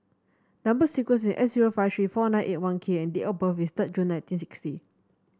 number sequence is S zero five three four nine eight one K and date of birth is third June nineteen sixty